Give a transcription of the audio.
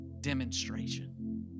demonstration